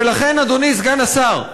ולכן, אדוני סגן השר,